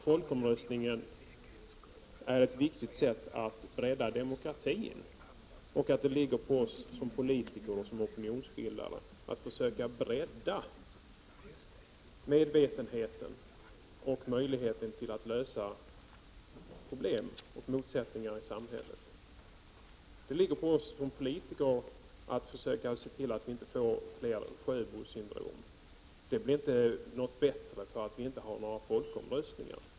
Folkomröstningen är ett viktigt sätt att brädda demokratin, och det ankommer på oss som politiker och opinionsbildare att försöka bredda medvetenheten och öka möjligheterna att lösa problem och motsättningar i samhället. Det ankommer på oss politiker att försöka se till att vi inte får fler Sjöbosyndrom. Det blir inte bättre för att vi inte har några folkomröstningar!